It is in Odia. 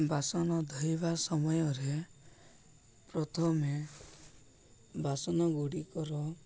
ବାସନ ଧୋଇବା ସମୟରେ ପ୍ରଥମେ ବାସନ ଗୁଡ଼ିକର